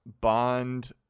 bond